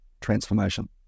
transformation